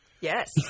Yes